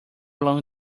along